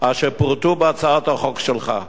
אשר פורטו בהצעת החוק שלך,